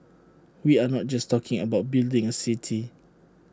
we are not just talking about building A city